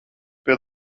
pie